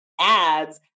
ads